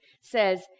says